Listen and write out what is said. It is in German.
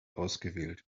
ausgewählt